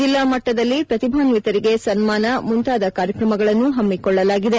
ಜಿಲ್ಲಾಮಟ್ಟದಲ್ಲಿ ಪ್ರತಿಭಾನ್ವಿತರಿಗೆ ಸನ್ಮಾನ ಮುಂತಾದ ಕಾರ್ಯಕ್ರಮಗಳನ್ನು ಹಮ್ಮಿಕೊಳ್ಳಲಾಗಿದೆ